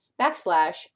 backslash